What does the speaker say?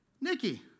Nikki